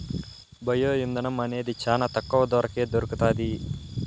bio ఇంధనం అనేది చానా తక్కువ ధరకే దొరుకుతాది